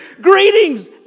greetings